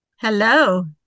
Hello